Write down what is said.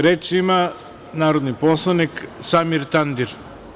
Reč ima narodni poslanik Samir Tandir.